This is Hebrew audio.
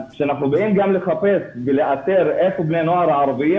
כשאנחנו באים גם לחפש ולאתר איפה בני הנוער הערביים,